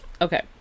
Okay